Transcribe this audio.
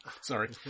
Sorry